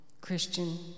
Christian